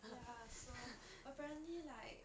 ya so apparently like